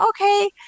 okay